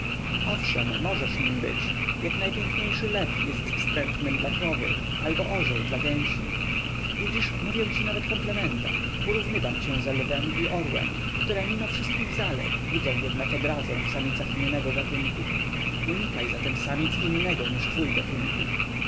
owszem możesz nim być jak najpiękniejszy lew jest wstrętnym dla krowy albo orzeł dla gęsi widzisz mówię ci nawet komplimenta porównywam cię ze lwem i orłem które mimo wszystkich zalet budzą jednak odrazę w samicach innego gatunku unikaj zatem samic innego niż twój gatunku